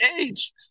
age